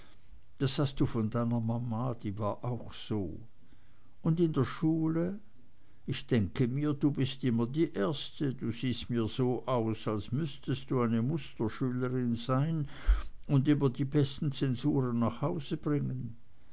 das hast du von deiner mama die war auch so und in der schule ich denke mir du bist immer die erste du siehst mir so aus als müßtest du eine musterschülerin sein und immer die besten zensuren nach hause bringen